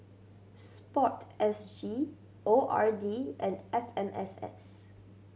Sport S G O R D and F M S S